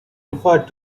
referred